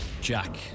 Jack